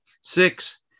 Six